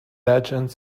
wrestling